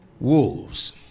wolves